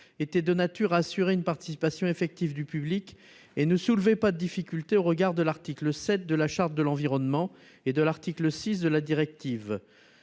sont de nature à assurer une participation effective du public. À son sens, elles ne soulèvent pas de difficultés au regard de l'article 7 de la Charte de l'environnement et de l'article 6 de la directive